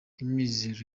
amizero